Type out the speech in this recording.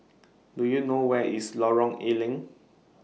Do YOU know Where IS Lorong A Leng